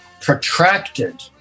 protracted